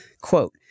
Quote